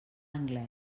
anglés